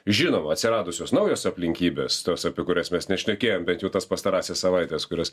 žinoma atsiradusios naujos aplinkybės tos apie kurias mes nešnekėjom bent jau tas pastarąsias savaites kurios